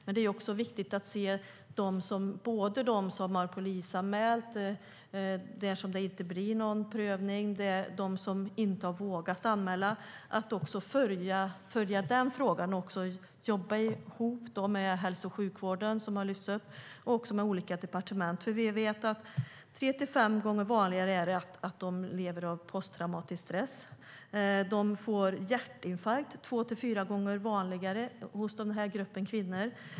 Men det är viktigt att se både dem som har polisanmält där det inte blir någon prövning och de fall som inte har vågat anmäla. Den frågan behöver följas. Samtidigt bör man jobba ihop med hälso och sjukvården - som har nämnts här - och med olika departement. Det är tre till fem gånger vanligare att dessa kvinnor lider av posttraumatisk stress. Hjärtinfarkt är två till fyra gånger vanligare hos den här gruppen kvinnor.